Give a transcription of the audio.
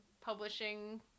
publishing